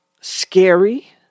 scary